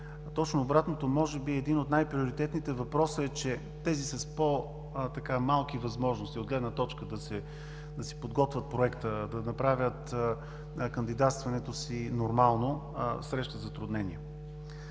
точно обратното, може би е един от най-приоритетните. Въпросът е, че тези с по-малки възможности, от гледна точка да си подготвят проекта, да направят кандидатстването си нормално, срещат затруднения.